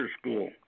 school